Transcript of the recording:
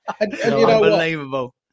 Unbelievable